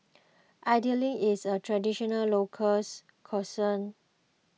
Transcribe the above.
Idly is a traditional local's cuisine